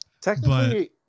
technically